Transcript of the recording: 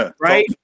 right